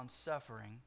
suffering